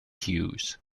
hughes